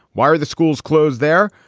why are the schools closed there?